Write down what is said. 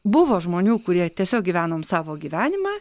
buvo žmonių kurie tiesiog gyvenom savo gyvenimą